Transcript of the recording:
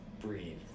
breathe